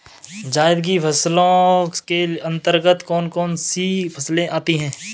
जायद की फसलों के अंतर्गत कौन कौन सी फसलें आती हैं?